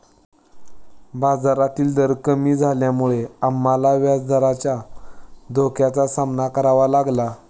बाजारातील दर कमी झाल्यामुळे आम्हाला व्याजदराच्या धोक्याचा सामना करावा लागला